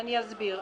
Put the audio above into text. ואני אסביר.